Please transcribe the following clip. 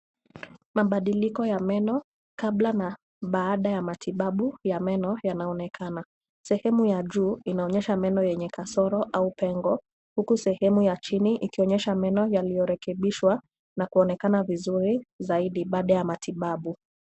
Mabadiliko ya meno kabla and baada ya matibabu ya meno yanaonekana. Sehemu ya juu inaonyesha meno yenye kasoro au pengo, huku sehemu ya chini ikionyesha meno yaliyorekebishwa na kuonekana vizuri zaidi baada ya matibabu.